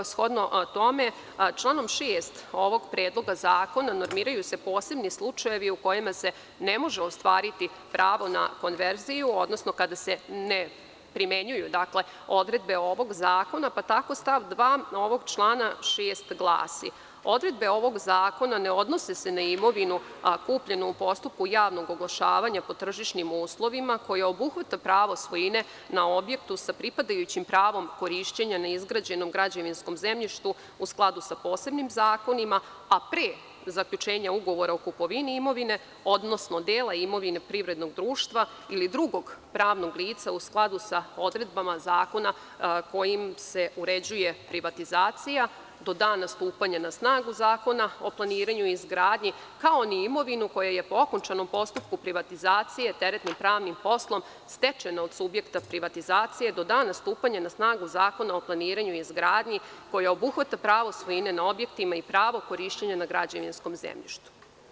Shodno tome, članom 6. ovog Predloga zakona normiraju se posebni slučajevi u kojima se ne može ostvariti pravo na konverziju, odnosno kada se ne primenjuju odredbe ovog zakona, pa tako stav 2. ovog člana 6. glasi: „odredbe ovog zakona ne odnose se na imovinu kupljenu u postupku javnog oglašavanja po tržišnim uslovima, koja obuhvata pravo svojine na objektu sa pripadajućim pravom korišćenja na izgrađenom građevinskom zemljištu u skladu sa posebnim zakonima, a pre zaključenja ugovora o kupovini imovine, odnosno dela imovine privrednog društva ili drugog pravnog lica u skladu sa odredbama zakona kojim se uređuje privatizacija do dana stupanja na snagu Zakona o planiranju i izgradnji, kao ni imovinu koja je po okončanom postupku privatizacije teretnim, pravnim poslom stečena od subjekta privatizacije do dana stupanja na snagu Zakona o planiranju i izgradnji, koja obuhvata pravo svojine na objektima i pravo korišćenja na građevinskom zemljištu“